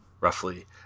roughly